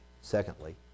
secondly